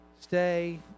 stay